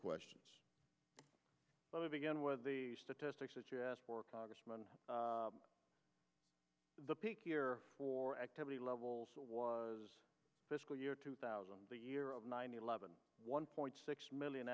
questions but again with the statistics that you asked for congressman the peak here for activity levels was the school year two thousand the year of nine eleven one point six million